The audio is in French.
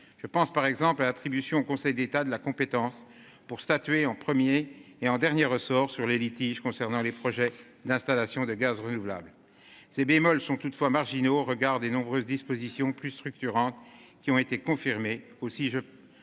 Je pense par exemple à l'attribution au Conseil d'État de la compétence pour statuer en premier et en dernier ressort sur les litiges concernant les projets d'installations de Gaz renouvelables ces bémols sont toutefois marginaux au regard des nombreuses dispositions plus structurante qui ont été confirmées aussi